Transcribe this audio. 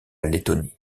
lettonie